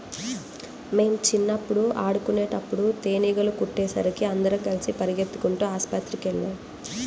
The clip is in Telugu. మేం చిన్నప్పుడు ఆడుకునేటప్పుడు తేనీగలు కుట్టేసరికి అందరం కలిసి పెరిగెత్తుకుంటూ ఆస్పత్రికెళ్ళాం